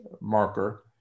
marker